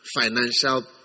financial